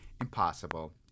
impossible